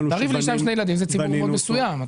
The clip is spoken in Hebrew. אישה עם שניים שלושה ילדים זה ציבור מסוים מאוד.